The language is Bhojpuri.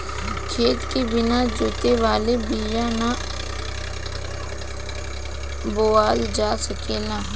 खेत के बिना जोतवले बिया ना बोअल जा सकेला